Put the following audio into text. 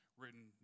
written